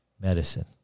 medicine